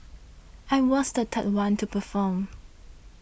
I was the third one to perform